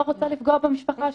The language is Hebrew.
לא רוצה לפגוע במשפחה שלי.